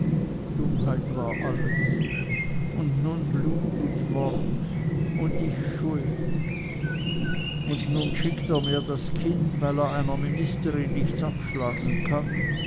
dummheit war alles und nun blut und mord und ich schuld und nun schickt er mir das kind weil er einer ministerin nichts abschlagen kann